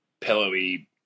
pillowy